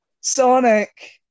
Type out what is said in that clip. Sonic